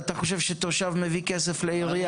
אתה חושב שתושב מביא כסף לעירייה?